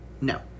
No